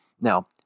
Now